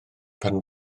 pan